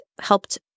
helped